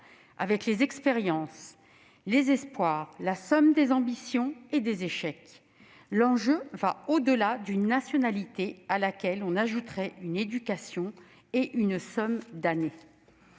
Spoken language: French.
avec les expériences, les espoirs, la somme des ambitions et des échecs. L'enjeu va au-delà d'une nationalité, à laquelle on ajouterait une éducation et une somme d'années.